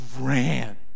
ran